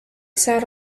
sat